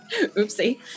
Oopsie